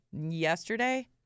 yesterday